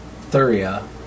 Thuria